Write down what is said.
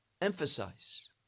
emphasize